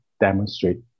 demonstrate